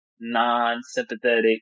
non-sympathetic